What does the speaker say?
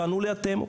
תענו לי אתם,